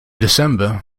december